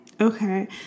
okay